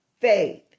faith